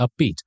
upbeat